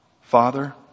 Father